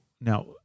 now